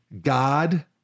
God